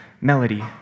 melody